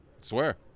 Swear